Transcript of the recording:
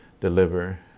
deliver